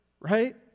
Right